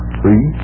three